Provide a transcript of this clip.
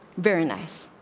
very nice.